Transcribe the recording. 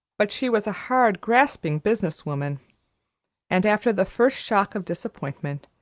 but she was a hard, grasping business woman and, after the first shock of disappointment,